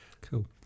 Cool